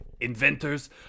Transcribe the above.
inventors